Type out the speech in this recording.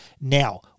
Now